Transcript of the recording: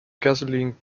gasoline